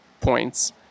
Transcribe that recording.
points